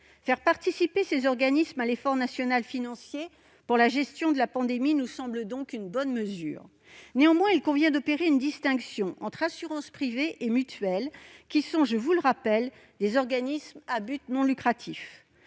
Faire participer ces organismes à l'effort financier national inhérent à la gestion de la pandémie nous semble donc une bonne mesure. Néanmoins, il convient d'opérer une distinction entre assurances privées et mutuelles, ces dernières étant, je vous le rappelle, des organismes à but non lucratif.